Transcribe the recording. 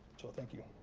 so thank you.